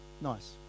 nice